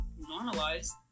normalized